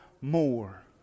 more